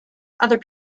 other